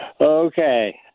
Okay